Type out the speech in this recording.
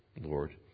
Lord